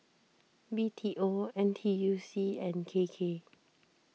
B T O N T U C and K K